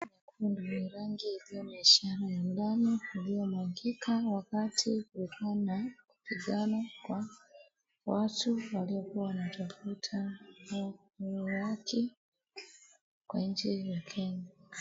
Nyekundu ni rangi iliyoonyeshana damu iliyowangika, wakati kulikuwa na kupigana kwa watu waliokuwa wanatafuta haki kwa nchi ya Kenya.